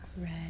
red